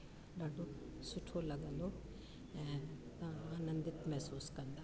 ॾाढो सुठो लॻंदो ऐं तव्हां आनंदित महसूस कंदा